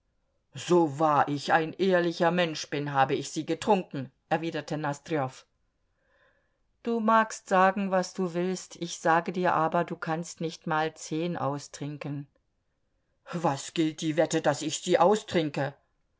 so wahr ich ein ehrlicher mensch bin habe ich sie getrunken erwiderte nosdrjow du magst sagen was du willst ich sage dir aber du kannst nicht mal zehn austrinken was gilt die wette daß ich sie austrinke